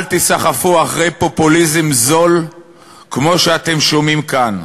אל תיסחפו אחרי פופוליזם זול כמו שאתם שומעים כאן.